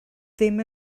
ddim